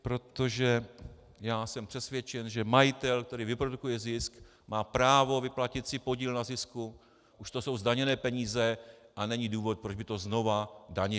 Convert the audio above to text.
Protože já jsem přesvědčen, že majitel, který vyprodukuje zisk, má právo vyplatit si podíl na zisku, už to jsou zdaněné peníze a není důvod, proč by to znovu danil.